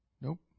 Nope